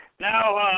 Now